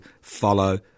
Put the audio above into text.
follow